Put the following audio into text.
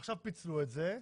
עכשיו פיצלו את זה,